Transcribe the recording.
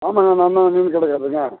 ஆமாங்க நான் தான் மீன் கடைக்காருங்க